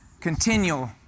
Continual